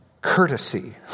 Courtesy